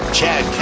Chad